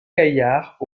gaillard